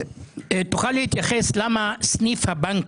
תוכל לו מר למה סניף הבנק